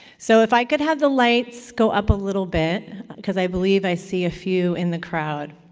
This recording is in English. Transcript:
so if i could have the lights go up a little bit because i believe i see a few in the crowd.